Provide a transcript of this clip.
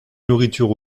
nourriture